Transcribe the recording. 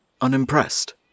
Unimpressed